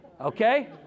Okay